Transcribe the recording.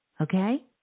okay